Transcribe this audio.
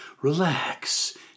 relax